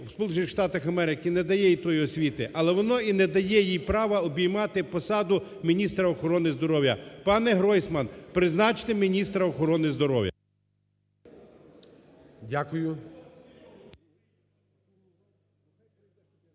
не надає їй тієї освіти, але воно і не дає їй права обіймати посаду міністра охорони здоров'я. Пане Гройсман, призначте міністра охорони здоров'я!